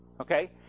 Okay